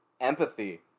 empathy